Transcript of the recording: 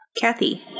Kathy